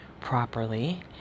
properly